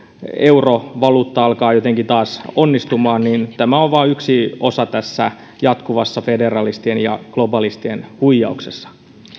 eurovaluutta alkaa jotenkin taas onnistumaan on vain yksi osa tässä jatkuvassa federalistien ja globalistien huijauksessa